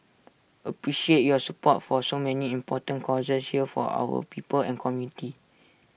appreciate your support for so many important causes here for our people and community